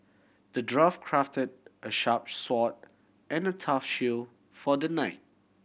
the dwarf crafted a sharp sword and a tough shield for the knight